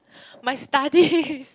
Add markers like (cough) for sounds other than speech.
my studies (laughs)